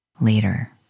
Later